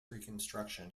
reconstruction